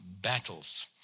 battles